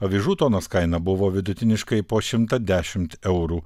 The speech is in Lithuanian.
avižų tonos kaina buvo vidutiniškai po šimtą dešimt eurų